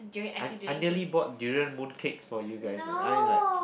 I I nearly bought durian mooncakes for you guys ah I'm like